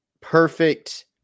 perfect